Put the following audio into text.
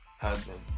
husband